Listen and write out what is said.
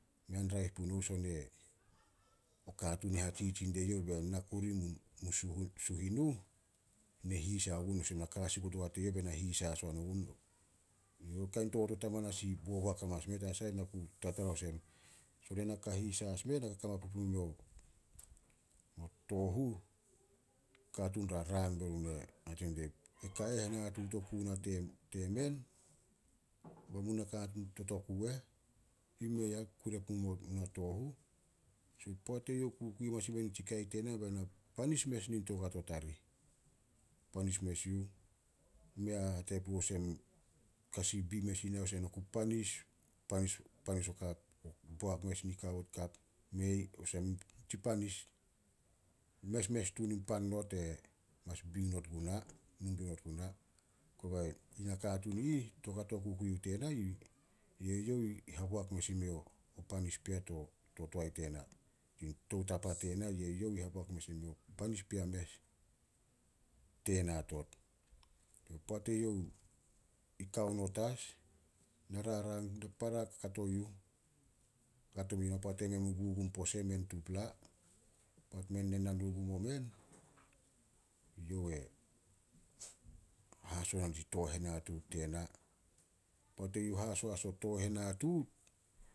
Mei an raeh punouh son o katuun e hatsitsi die youh be na kuru mun suhin nuh, ne hisai gun na ka hasikut ogua teyouh be na hisai hasoan ogun. Kain totot i boboak amanas meh, tanasah na ku tatara son ena ka hisai as meh, na ka kama pup imeo tooh huh, katuun ra rang be run e hate die, "Ka eh henatuut oku ona temen, ba mun nakatuun totok uh eh? I mei a kure puh mo- mo tooh uh?" Poat eyouh kukui nitsi kai tena, be na panis mes nin toukato tarih. Panis mes yuh, mei a hate puh kasi bi mes i na, boak mes nika, kap, mei. Tsi panis, mesmes tun in pan not mas bi not guna, numbi onot guna. Kobae nakatuun i ih, toukato kukui yuh tena, ye youh haboak mes i meo panis pea to- to toae tena. Tou tapa tena, ye youh i haboak mes imeo panis pea mes, tena hatot. Poat eyouh i kao not as, na rarang para kato yuh- kato yuh poat emen mu gugum pose men tupla. Poat men nenanu gum omen, eyouh e haso na nitsi tooh henatuut tena. Poat eyouh i haso as o tooh henatuut,